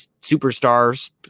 superstars